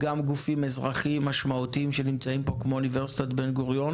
גופים אזרחיים משמעותיים שנמצאים פה כמו אוניברסיטת בן-גוריון